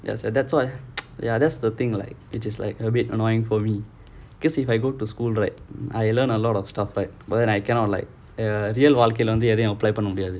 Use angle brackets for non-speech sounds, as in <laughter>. that's that's what <noise> ya that's the thing like it is like a bit annoying for me because if I go to school like I learn a lot of stuff like but then I cannot like real வாழ்க்கைல வந்து எதும்:vazhakaila vanthu ethum apply பண்ண முடியாது:panna mudiyaathu